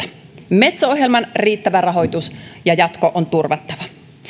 metso ohjelman riittävä rahoitus ja jatko on turvattava